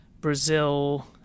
Brazil